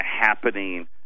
happening